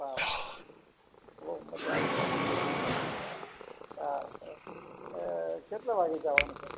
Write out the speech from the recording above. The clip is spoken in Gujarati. હા બહુ મજા આવી જશે હા એ કેટલા વાગ્યે જવાનું છે